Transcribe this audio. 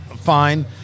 fine